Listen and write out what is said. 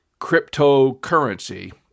cryptocurrency